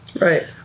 Right